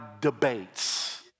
debates